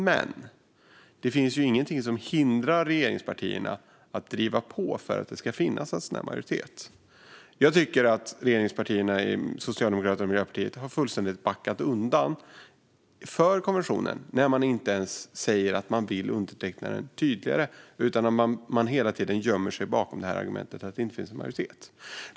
Men det finns ju ingenting som hindrar regeringspartierna från att driva på för att det ska finnas en majoritet. Jag tycker att regeringspartierna Socialdemokraterna och Miljöpartiet fullständigt har backat undan från konventionen när de inte ens tydligt säger att de vill underteckna den utan hela tiden gömmer sig bakom argumentet att det inte finns en majoritet.